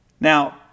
Now